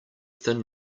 thin